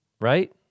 right